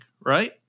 right